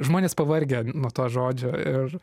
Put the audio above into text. žmonės pavargę nuo to žodžio ir